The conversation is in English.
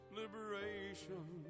liberation